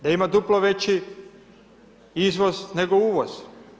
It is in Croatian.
Da ima duplo veći izvoz nego uvoz.